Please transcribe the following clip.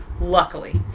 Luckily